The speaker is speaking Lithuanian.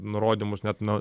nurodymus net nu